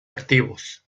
activos